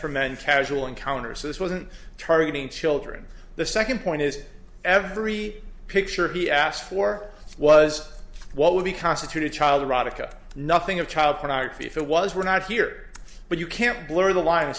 for men casual encounters this wasn't targeting children the second point is every picture he asked for was what would be constitute a child erotica nothing of child pornography if it was we're not here but you can't blur the line